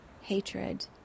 hatred